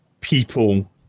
people